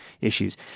issues